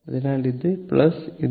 അതിനാൽ ഇത് ഇത്